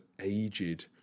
aged